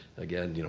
again, you know